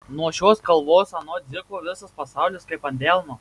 nuo šios kalvos anot dziko visas pasaulis kaip ant delno